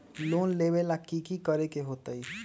Loan लेबे ला की कि करे के होतई?